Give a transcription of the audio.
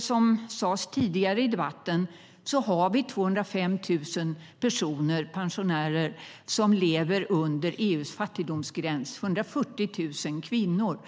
Som det tidigare sades i debatten finns det 205 000 pensionärer som lever under EU:s fattigdomsgräns. Av dem är 140 000 kvinnor.